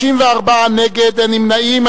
54 נגד, אין נמנעים.